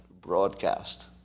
broadcast